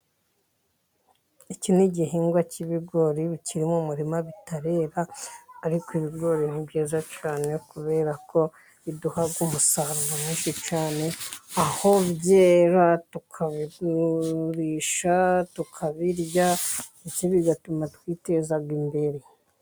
Iki ni igihingwa cy'ibigori bikiri mu murima bitarera, ariko ibigori ni byiza cyane kubera ko biduha umusaruro mwinshi cyane, byera tukabigurisha, tukabirya, mbese bigatuma twiteza imbere.